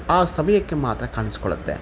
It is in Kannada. ಆ ಸಮಯಕ್ಕೆ ಮಾತ್ರ ಕಾಣಿಸ್ಕೊಳ್ಳುತ್ತೆ